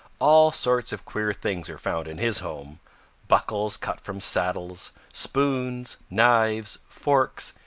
all sorts of queer things are found in his home buckles cut from saddles, spoons, knives, forks,